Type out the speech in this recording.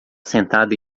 sentada